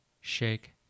shake